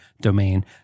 domain